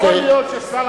יכול להיות שאתה,